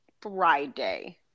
Friday